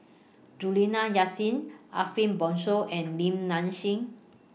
Juliana Yasin Ariff Bongso and Lim Nang Seng